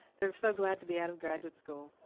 they're so glad to be out of graduate school.